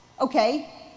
okay